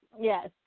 Yes